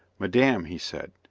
madame, he said,